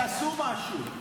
תעשו משהו.